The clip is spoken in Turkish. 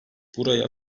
buraya